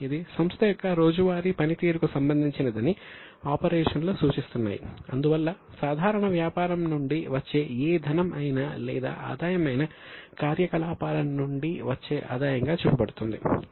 ఇది సంస్థ యొక్క రోజువారీ పనితీరుకు సంబంధించినదని ఆపరేషన్లు సూచిస్తున్నాయి అందువల్ల సాధారణ వ్యాపారం నుండి వచ్చే ఏ ధనం అయినా లేదా ఆదాయం అయినా కార్యకలాపాల నుండి వచ్చే ఆదాయంగా చూపబడుతుంది